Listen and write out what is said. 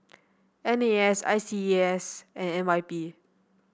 N A S I C E A S and N Y P